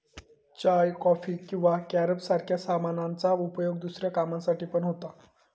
चाय, coffee किंवा carob सारख्या सामानांचा उपयोग दुसऱ्या कामांसाठी पण होता